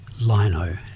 lino